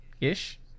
ish